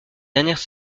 dernières